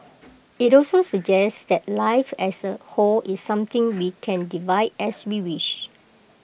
IT also suggests that life as A whole is something we can divide as we wish